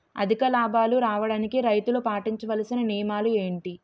అధిక లాభాలు రావడానికి రైతులు పాటించవలిసిన నియమాలు ఏంటి